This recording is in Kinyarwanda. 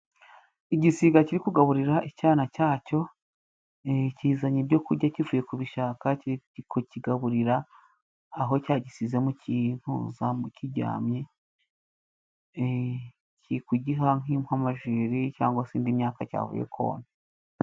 Igisiga kiri kugaburira icyana cyacyo, kizanye ibyo kurya kivuye kubishaka kiri kukigaburira aho cyagisize mu kintuza mo kiryamye kiri kugiha nk'amajeri cyangwa se indi myaka cyavuye kona.